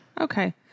Okay